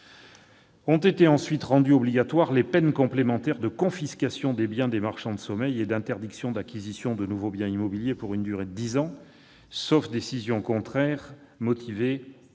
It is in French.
Ont été ensuite rendues obligatoires les peines complémentaires de confiscation des biens des marchands de sommeil et d'interdiction d'acquisition de nouveaux biens immobiliers pour une durée de dix ans, sauf décision contraire motivée du juge.